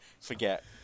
forget